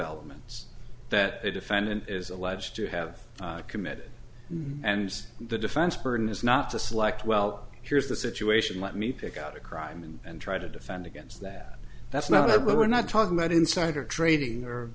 elements that a defendant is alleged to have committed and the defense burden is not to select well here's the situation let me pick out a crime and try to defend against that that's not i but we're not talking about insider trading or